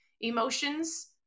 Emotions